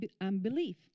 unbelief